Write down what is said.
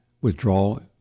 withdrawal